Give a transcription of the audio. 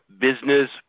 business